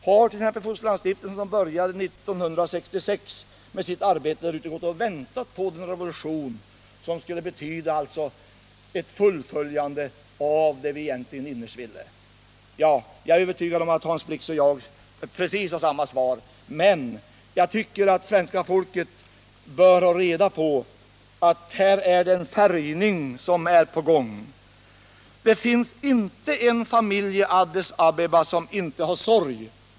Har t.ex. Fosterlandsstiftelsen, som började 1966 med sitt arbete där ute, gått och väntat på en revolution som skulle betyda ett fullföljande av det vi egentligen innerst ville? Jag är övertygad om att Hans Blix och jag har precis samma svar. Men jag tycker att svenska folket bör få reda på att en färgning är på gång. En person har sagt mig att det inte finns en familj i Addis Abeba som inte har sorg.